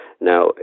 Now